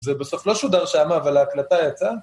זה בסוף לא שודר שמה, אבל ההקלטה יצאה.